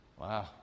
Wow